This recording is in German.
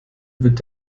wird